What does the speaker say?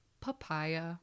papaya